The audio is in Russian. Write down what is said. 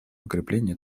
укрепления